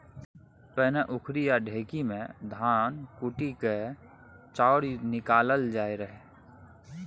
पहिने उखरि या ढेकी मे धान कुटि कए चाउर निकालल जाइ रहय